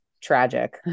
tragic